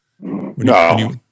no